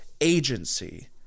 Agency